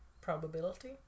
probability